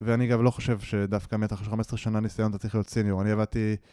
ואני גם לא חושב שדווקא מתחיל של 15 שנה ניסיון אתה צריך להיות סיניור, אני עבדתי...